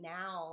now